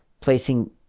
Placing